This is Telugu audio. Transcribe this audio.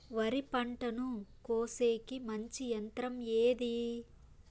వరి పంటను కోసేకి మంచి యంత్రం ఏది?